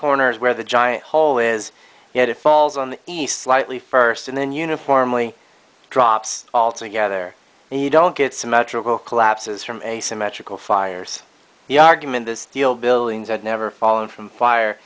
corner is where the giant hole is yet it falls on the east slightly first and then uniformly drops all together and you don't get symmetrical collapses from asymmetrical fires the argument that steel buildings have never fallen from fire